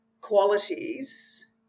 qualities